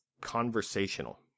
conversational